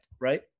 right